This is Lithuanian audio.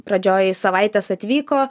pradžioj savaites atvyko